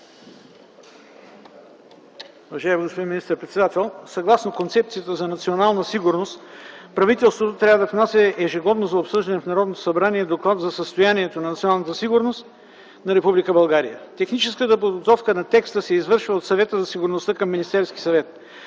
съгласно Концепцията за национална сигурност правителството трябва да внася ежегодно за обсъждане в Народното събрание доклад за състоянието на националната сигурност на Република България. Техническата подготовка на текста се извършва от Съвета за сигурността към Министерския съвет.